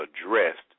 addressed